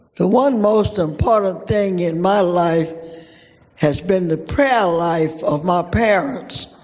the one most important thing in my life has been the prayer life of my parents,